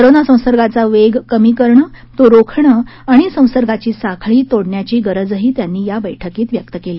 corona संसर्गाचा वेग कमी करणं तो रोखणं आणि संसर्गाची साखळी तोडण्याची गरजही त्यांनी या बैठकीत व्यक्त केली